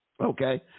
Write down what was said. Okay